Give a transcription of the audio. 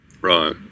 Right